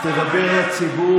השר אלקין, תדבר לציבור.